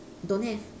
don't have